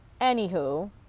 anywho